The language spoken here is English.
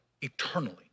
eternally